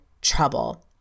trouble